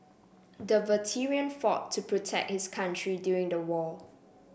the veteran fought to protect his country during the war